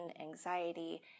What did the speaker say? anxiety